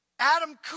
Adam